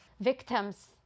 victims